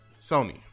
Sony